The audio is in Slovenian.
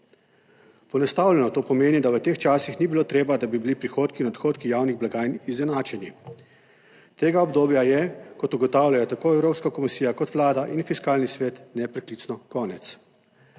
Poenostavljeno to pomeni, da v teh časih ni bilo treba, da bi bili prihodki in odhodki javnih blagajn izenačeni. Tega obdobja je, kot ugotavljajo tako Evropska komisija kot Vlada in Fiskalni svet, nepreklicno konec.